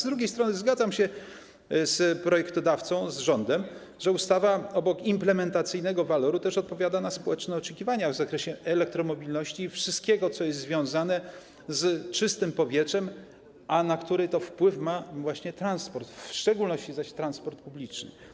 Z drugiej strony zgadzam się z projektodawcą, z rządem, że ustawa obok implementacyjnego waloru odpowiada też na społeczne oczekiwania w zakresie elektromobilności i wszystkiego, co związane jest z czystym powietrzem, a na to ma wpływ właśnie transport, w szczególności transport publiczny.